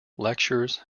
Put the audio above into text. lectures